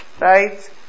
right